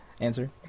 answer